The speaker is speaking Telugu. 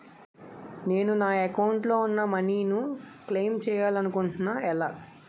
నేను నా యెక్క అకౌంట్ లో ఉన్న మనీ ను క్లైమ్ చేయాలనుకుంటున్నా ఎలా?